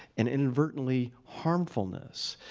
and inadvertently, harmfulness.